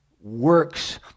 works